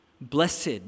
blessed